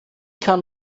kann